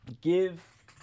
Give